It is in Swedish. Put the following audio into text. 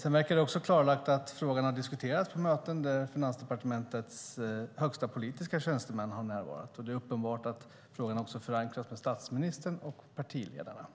Sedan verkar det också klarlagt att frågan har diskuterats på möten där Finansdepartementets högsta politiska tjänstemän har närvarat. Det är uppenbart att frågan också har förankrats hos statsministern och partiledarna.